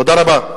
תודה רבה.